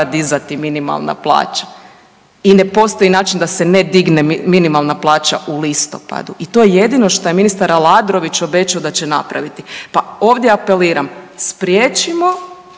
dizati minimalna plaća. I ne postoji način da se ne digne minimalna plaća u listopadu i to je jedino što je ministar Aladrović obećao da će napraviti. Pa ovdje apeliram, spriječimo